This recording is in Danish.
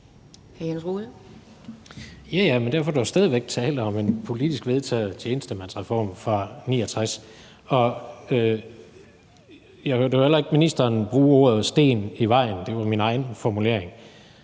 (KD): Derfor er der stadig væk tale om en politisk vedtaget tjenestemandsreform fra 1969. Jeg hørte nu heller ikke ministeren bruge ordene »sten i vejen«. Det var min egen formulering.